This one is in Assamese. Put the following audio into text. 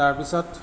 তাৰপিছত